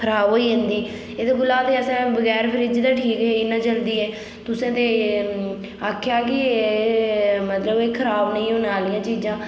खराब होई जंदी एहदे कोला ते असें बगैर फ्रिज दे ठीक हे इन्ना जल्दी एह् तुसें ते आखेआ के मतलब एह् खराब नी होने आह्लियां चीजां